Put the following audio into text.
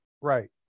right